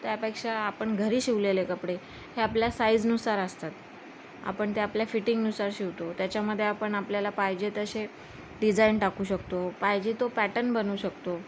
त्यापेक्षा आपण घरी शिवलेले कपडे हे आपल्या साईजनुसार असतात आपण ते आपल्या फिटिंगनुसार शिवतो त्याच्यामध्ये आपण आपल्याला पाहिजे तसे डिझाईन टाकू शकतो पाहिजे तो पॅटर्न बनवू शकतो